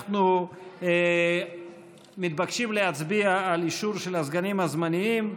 אנחנו מתבקשים להצביע על אישור של הסגנים הזמניים,